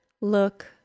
look